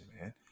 man